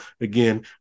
again